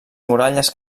muralles